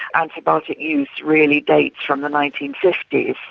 antibiotic use really dates from the nineteen fifty s.